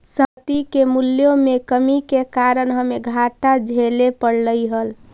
संपत्ति के मूल्यों में कमी के कारण हमे घाटा झेले पड़लइ हल